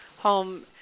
home